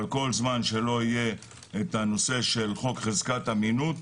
אבל כל זמן שלא יהיה נושא חוק חזקת אמינות,